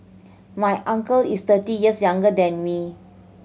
my uncle is thirty years younger than me